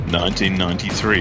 1993